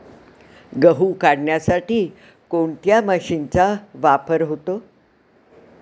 गहू काढण्यासाठी कोणत्या मशीनचा वापर होतो?